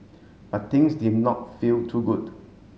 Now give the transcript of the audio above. but things did not feel too good